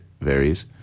varies